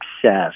success